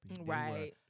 right